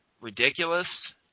ridiculous